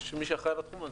יש מי שאחראי על התחום הזה.